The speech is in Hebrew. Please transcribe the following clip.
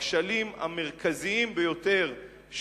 בכשלים המרכזיים ביותר,